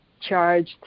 charged